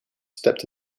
stepped